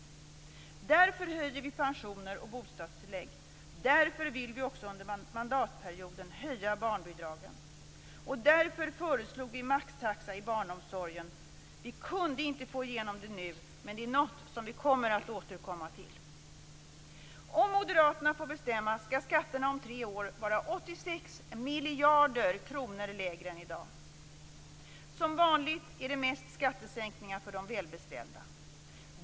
Därför höjer vi pensioner och bostadstillägg. Därför vill vi under mandatperioden höja barnbidragen. Och därför föreslog vi maxtaxa i barnomsorgen. Vi kunde inte få igenom detta förslag nu, men det är någonting som vi tänker återkomma till. Om moderaterna får bestämma skall skatterna om tre år vara 86 miljarder kronor lägre än i dag. Som vanligt är de mest skattesänkningar för de välbeställda.